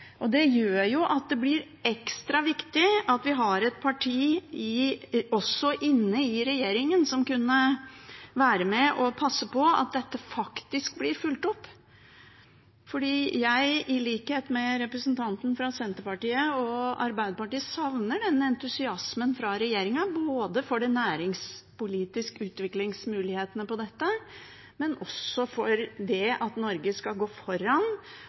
alt. Det gjør det ekstra viktig at vi har et parti i regjeringen som kan være med og passe på at dette faktisk blir fulgt opp. Jeg, i likhet med representantene fra Senterpartiet og Arbeiderpartiet, savner denne entusiasmen fra regjeringen, både for de næringspolitiske utviklingsmulighetene i dette og for at Norge skal gå foran